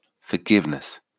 forgiveness